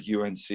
UNC